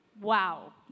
Wow